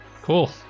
Cool